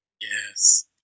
Yes